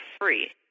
free